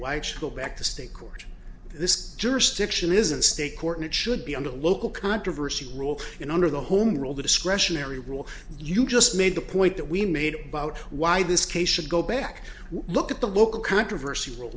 it should go back to state court this jurisdiction isn't state court it should be under local controversy rule you know under the home rule the discretionary rule you just made the point that we made about why this case should go back look at the local controversy will